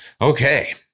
Okay